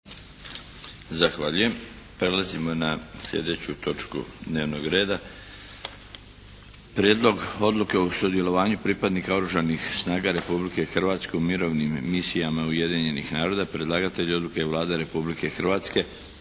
Darko (HDZ)** Prelazimo na sljedeću točku dnevnog reda. - Prijedlog odluke o sudjelovanju pripadnika Oružanih snaga Republike Hrvatske u mirovnim misijama Ujedinjenih naroda Predlagatelj odluke je Vlada Republike Hrvatske.